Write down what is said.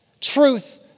truth